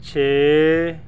ਛੇ